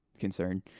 concern